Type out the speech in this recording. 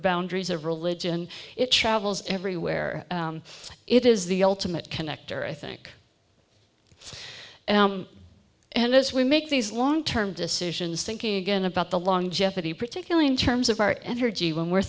boundaries of religion it travels everywhere it is the ultimate connector i think and as we make these long term decisions thinking again about the long jeopardy particularly in terms of our energy when we're